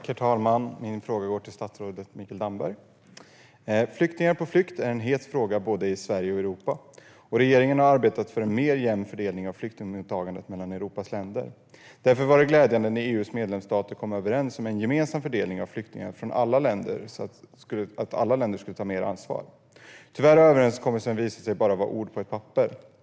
Herr talman! Människor på flykt är en het fråga både i Sverige och i Europa. Regeringen har arbetat för en mer jämn fördelning av flyktingmottagandet mellan Europas länder. Därför var det glädjande när EU:s medlemsstater kom överens om en gemensam fördelning av flyktingar så att alla länder skulle ta mer ansvar. Tyvärr har överenskommelsen bara visat sig vara ord på ett papper.